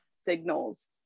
signals